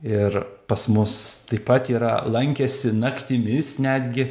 ir pas mus taip pat yra lankęsi naktimis netgi